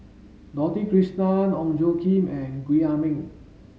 Dorothy Krishnan Ong Tjoe Kim and Gwee Ah Leng